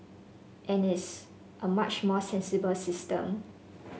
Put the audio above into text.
and it's a much more sensible system